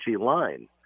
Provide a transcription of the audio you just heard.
line